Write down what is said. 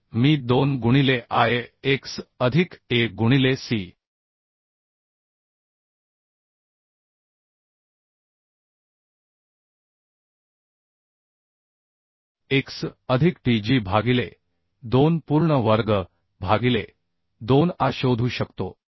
तर मी 2 गुणिले I x अधिक A गुणिले C x अधिक t g भागिले 2 पूर्ण वर्ग भागिले 2 A शोधू शकतो